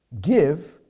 give